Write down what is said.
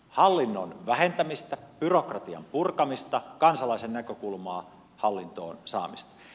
hallinnon vähentämistä byrokratian purkamista kansalaisen näkökulmaa hallintoon saamista